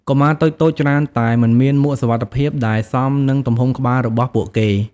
កុមារតូចៗច្រើនតែមិនមានមួកសុវត្ថិភាពដែលសមនឹងទំហំក្បាលរបស់ពួកគេ។